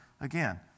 again